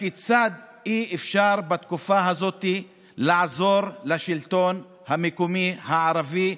הכיצד אי-אפשר בתקופה הזאת לעזור לשלטון המקומי הערבי,